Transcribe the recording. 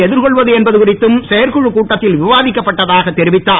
எதிர்கொள்வது என்பது குறித்தும் செயற்குழு கூட்டத்தில் விவாதிக்கப்பட்டதாக தெரிவித்தார்